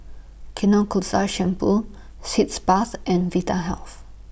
Shampoo Sitz Bath and Vitahealth